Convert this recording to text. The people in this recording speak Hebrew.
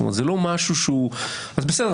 אז בסדר,